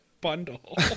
bundle